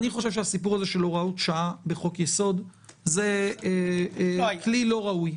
אני חושב שהסיפור הזה של הוראות שעה בחוק-יסוד הוא כלי לא ראוי.